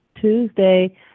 Tuesday